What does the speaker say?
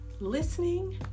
listening